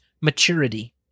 maturity